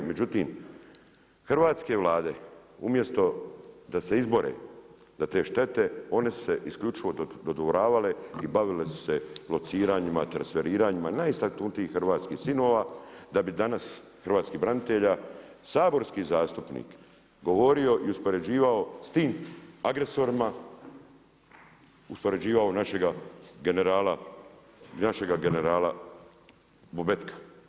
Međutim, hrvatske Vlade umjesto da se izbore za te štete, one su se isključivo dodvoravale i bavile su se lociranjima, transferiranjima najistaknutijih hrvatskih sinova, da bi danas, hrvatskih branitelja, saborski zastupnik govorio i uspoređivao sa tim agresorima uspoređivao našega generala, našega generala Bobetka.